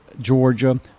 Georgia